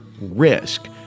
risk